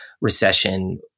recession